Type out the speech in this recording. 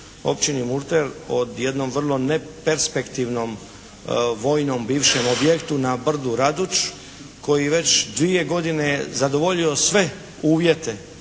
Općini Murter, o jednom vrlo neperspektivnom vojnom bivšem objektu na brdu Raduč koji već 2 godine zadovoljio sve uvjete,